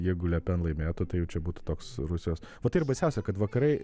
jeigu lepen laimėtų tai jau čia būtų toks rusijos o tai ir baisiausia kad vakarai